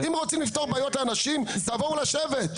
אם רוצים לפתור בעיות לאנשים תבואו לשבת.